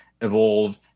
evolve